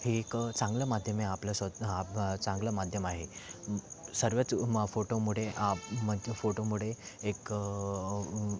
हे एक चांगलं माध्यम आहे आपल्या स्व चांगलं माध्यम आहे सर्वच म फोटोमुळे म फोटोमुळे एक